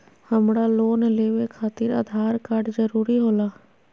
हमरा लोन लेवे खातिर आधार कार्ड जरूरी होला?